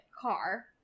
car